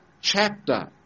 chapter